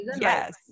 yes